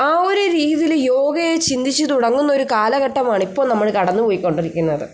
ആ ഒരു രീതിയിൽ യോഗയെ ചിന്തിച്ച് തുടങ്ങുന്ന ഒരു കാലഘട്ടമാണ് ഇപ്പോൾ നമ്മൾ കടന്നുപോയിക്കൊണ്ടിരിക്കുന്നത്